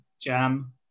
jam